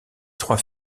trois